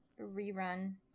rerun